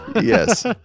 Yes